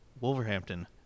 Wolverhampton